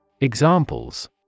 Examples